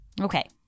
Okay